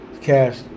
cash